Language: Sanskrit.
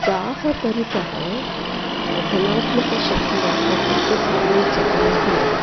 गाः परितः धनात्मकशक्ति वर्तते इति सर्वे जानान्ति एव